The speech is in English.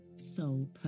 soul